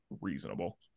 reasonable